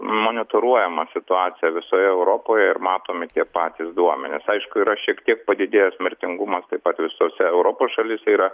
monitoruojama situacija visoje europoje ir matomi tie patys duomenys aišku yra šiek tiek padidėjęs mirtingumas taip pat visose europos šalyse yra